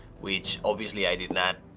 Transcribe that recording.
which obviously i did not,